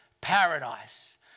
paradise